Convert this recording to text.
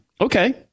Okay